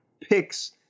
picks